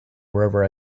wherever